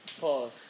Pause